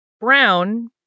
Brown